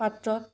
পাত্ৰত